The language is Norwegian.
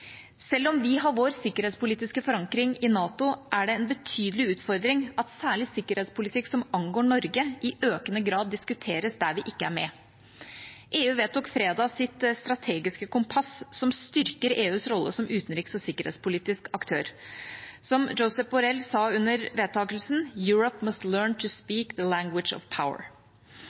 Selv om vi har vår sikkerhetspolitiske forankring i NATO, er det en betydelig utfordring at særlig sikkerhetspolitikk som angår Norge, i økende grad diskuteres der vi ikke er med. EU vedtok fredag sitt strategiske kompass, som styrker EUs rolle som utenriks- og sikkerhetspolitisk aktør. Som Josep Borell Fontelles sa under vedtakelsen: Europe must learn to speak the language of